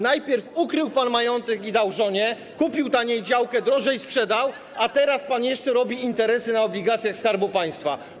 Najpierw ukrył pan majątek i dał żonie, kupił pan taniej działkę, drożej sprzedał, a teraz jeszcze robi pan interesy na obligacjach Skarbu Państwa.